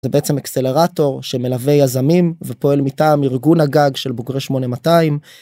זה בעצם אקסלרטור שמלווה יזמים ופועל מטעם ארגון הגג של בוגרי 8200